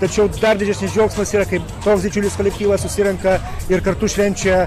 tačiau dar didesnis džiaugsmas yra kaip toks didžiulis kolektyvas susirenka ir kartu švenčia